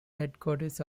headquarters